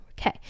okay